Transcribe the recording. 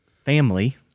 family